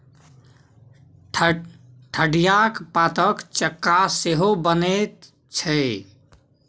ठढियाक पातक चक्का सेहो बनैत छै